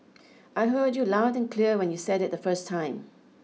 I heard you loud and clear when you said it the first time